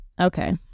Okay